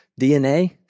DNA